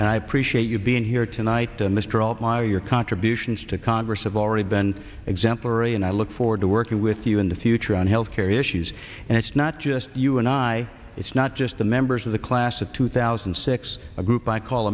and i appreciate you being here tonight mr all my your contributions to congress have already been exemplary and i look forward to working with you in the future on health care issues and it's not just you and i it's not just the members of the class of two thousand and six a group i call